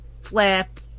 flip